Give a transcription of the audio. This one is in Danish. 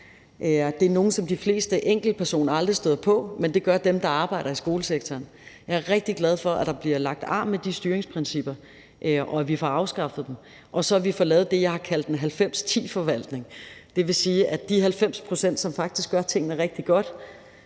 Det er nogle, som de fleste enkeltpersoner aldrig støder på, men det gør dem, der arbejder i skolesektoren. Jeg er rigtig glad for, at der bliver lagt arm med de styringsprincipper, og at vi får afskaffet dem og lavet det, jeg har kaldt en 90/10-forvaltning. Det vil sige, at når det gælder de 90 pct., som faktisk gør tingene rigtig godt,